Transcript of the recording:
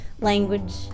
language